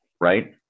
right